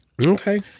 Okay